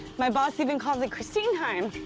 my boss even calls it cristine time.